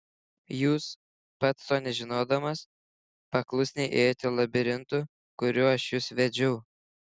jūs pats to nežinodamas paklusniai ėjote labirintu kuriuo aš jus vedžiau